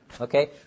Okay